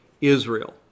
Israel